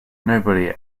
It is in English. nobody